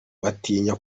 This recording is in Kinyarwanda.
batinya